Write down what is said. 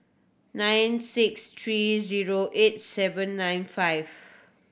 nine six three zero eight seven nine five